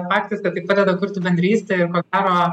faktas kad tai padeda kurti bendrystę ir ko gero